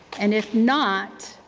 and if not,